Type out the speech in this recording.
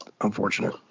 unfortunate